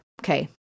okay